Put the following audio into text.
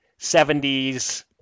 70s